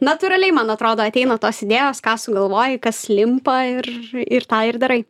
natūraliai man atrodo ateina tos idėjos ką sugalvoji kas limpa ir ir tą ir darai